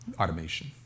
automation